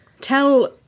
tell